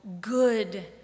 good